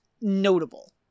notable